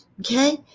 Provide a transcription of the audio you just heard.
Okay